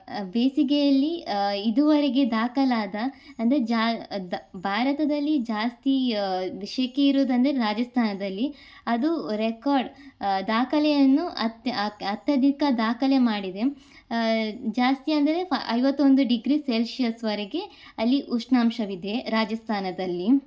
ಬೇಸಿಗೆಯಲ್ಲಿ ಇದುವರೆಗೆ ದಾಖಲಾದ ಅಂದರೆ ಜಾ ದ ಭಾರತದಲ್ಲಿ ಜಾಸ್ತಿ ಸೆಕೆ ಇರುವುದೆಂದ್ರೆ ರಾಜಸ್ತಾನದಲ್ಲಿ ಅದು ರೆಕಾರ್ಡ್ ದಾಖಲೆಯನ್ನು ಅತ್ಯಧಿಕ ದಾಖಲೆ ಮಾಡಿದೆ ಜಾಸ್ತಿ ಅಂದರೆ ಐವತ್ತೊಂದು ಡಿಗ್ರಿ ಸೆಲ್ಶಿಯಸ್ವರೆಗೆ ಅಲ್ಲಿ ಉಷ್ಣಾಂಶವಿದೆ ರಾಜಸ್ತಾನದಲ್ಲಿ